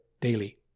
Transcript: daily